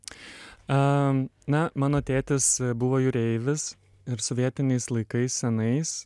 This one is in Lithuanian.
a na mano tėtis buvo jūreivis ir sovietiniais laikais senais